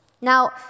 Now